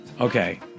Okay